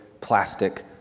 plastic